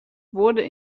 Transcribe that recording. wurde